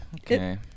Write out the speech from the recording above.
okay